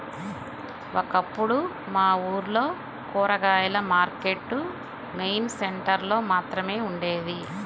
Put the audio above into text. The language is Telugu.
ఒకప్పుడు మా ఊర్లో కూరగాయల మార్కెట్టు మెయిన్ సెంటర్ లో మాత్రమే ఉండేది